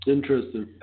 Interesting